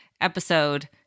episode